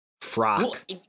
frock